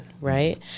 right